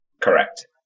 Correct